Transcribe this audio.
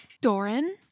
Doran